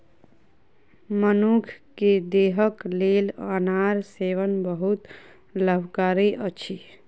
मनुख के देहक लेल अनार सेवन बहुत लाभकारी अछि